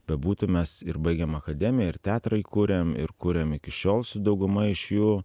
bebūtų mes ir baigėm akademiją ir teatrą įkūrėm ir kuriam iki šiol su dauguma iš jų